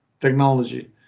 technology